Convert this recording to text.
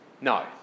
No